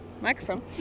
Microphone